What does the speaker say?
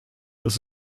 dass